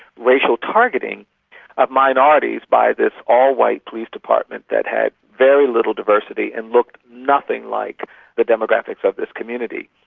racial targeting of minorities by this all-white police department that had very little diversity and looked nothing like the demographics of this community.